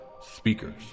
speakers